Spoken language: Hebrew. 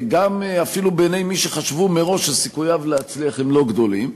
אפילו גם בעיני מי שחשבו מראש שסיכוייו להצליח הם לא גדולים.